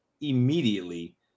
immediately